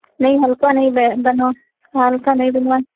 नहीं हल्का नहीं बन हल्का नहीं बनवाना